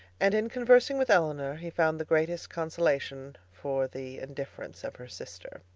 and in conversing with elinor he found the greatest consolation for the indifference of her sister.